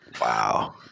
Wow